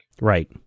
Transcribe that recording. Right